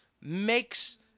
Makes